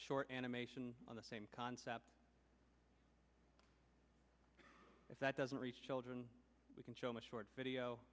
short animation on the same concept if that doesn't reach children we can show much short video